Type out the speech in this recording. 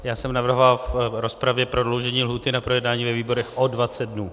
Já jsem navrhoval v rozpravě prodloužení lhůty na projednání ve výborech o dvacet dnů.